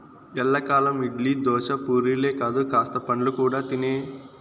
ఎల్లకాలం ఇడ్లీ, దోశ, పూరీలే కాదు కాస్త పండ్లు కూడా తినే